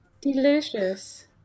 Delicious